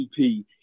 ep